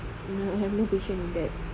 no I have no patience in that